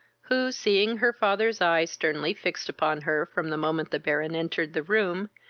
who, seeing her father's eye sternly fixed upon her from the moment the baron entered the room,